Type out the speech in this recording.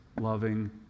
loving